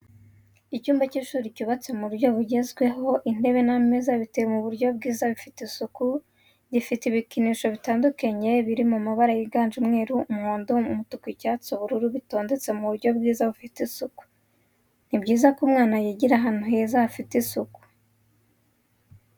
Icyumba cy'ishuri cyubatse mu buryo bugezweho intebe n'ameza biteye mu buryo bwiza bifite isuku, gifite ibikinisho bitandukanye biri mabara yiganjemo umweru, umuhondo, umutuku. icyatsi ubururu bitondetse mu buryo bwiza bufite isuku. ni byiza ko umwana yigira ahantu heza hafite isuku.